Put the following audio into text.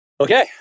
Okay